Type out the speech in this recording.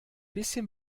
bisschen